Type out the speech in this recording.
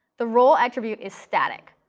the role attribute is static.